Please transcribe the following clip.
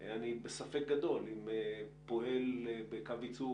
אני בספק גדול אם פועל בקו ייצור,